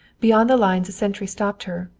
beyond the lines a sentry stopped her,